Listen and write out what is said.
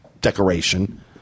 decoration